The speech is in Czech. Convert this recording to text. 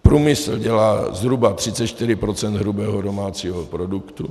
Průmysl dělá zhruba 34 % hrubého domácího produktu.